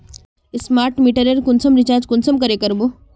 Smart मीटरेर कुंसम recharge कुंसम करे का बो?